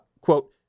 quote